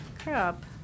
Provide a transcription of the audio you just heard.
Crap